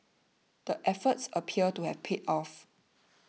the efforts appear to have paid off